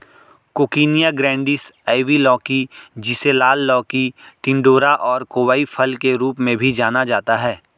coccinia grandis, ivy लौकी, जिसे लाल लौकी, टिंडोरा और कोवाई फल के रूप में भी जाना जाता है